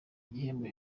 igihembo